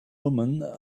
woman